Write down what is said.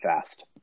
fast